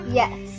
yes